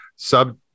sub